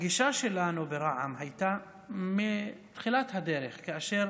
הגישה שלנו ברע"מ הייתה מתחילת הדרך כאשר